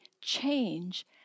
change